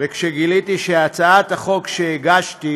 וכשגיליתי שהצעת החוק שהגשתי